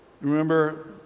remember